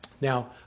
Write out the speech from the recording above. Now